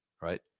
right